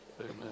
Amen